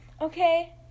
Okay